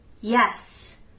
yes